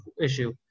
issue